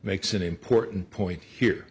makes an important point here